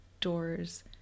doors